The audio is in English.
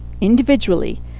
individually